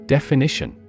Definition